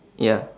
ya